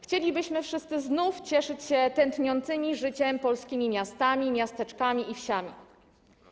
Chcielibyśmy wszyscy znów cieszyć się tętniącymi życiem polskimi miastami, miasteczkami i wsiami.